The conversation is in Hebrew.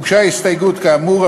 הוגשה הסתייגות כאמור,